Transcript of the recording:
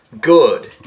Good